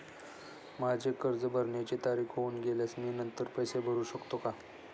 माझे कर्ज भरण्याची तारीख होऊन गेल्यास मी नंतर पैसे भरू शकतो का?